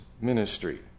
ministry